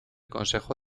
consejo